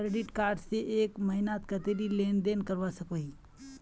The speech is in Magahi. क्रेडिट कार्ड से एक महीनात कतेरी लेन देन करवा सकोहो ही?